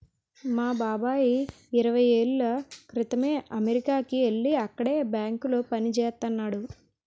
మా బాబాయి ఇరవై ఏళ్ళ క్రితమే అమెరికాకి యెల్లి అక్కడే బ్యాంకులో పనిజేత్తన్నాడు